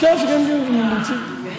אפשר לקיים דיון, אם הם רוצים.